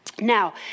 Now